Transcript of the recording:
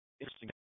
interesting